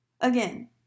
Again